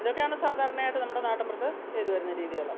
ഇതൊക്കെയാണ് സാധാരണയായിട്ട് നമ്മുടെ നാട്ടിൻപുറത്ത് ചെയ്തുവരുന്ന രീതികൾ